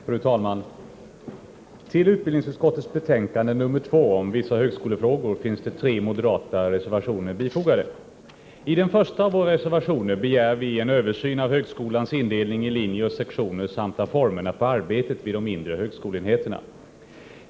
Fru talman! Till utbildningsutskottets betänkande nr 2 om vissa högskolefrågor är tre moderata reservationer fogade. I den första begär vi en översyn av högskolans indelning i linjer och sektorer samt av formerna för arbetet vid mindre högskoleenheter.